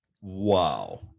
Wow